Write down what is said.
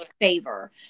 favor